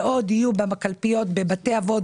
ועוד יהיו בקלפיות בבתי אבות,